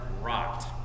rocked